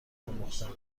آموختهام